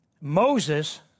Moses